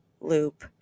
loop